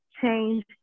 change